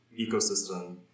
ecosystem